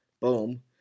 boom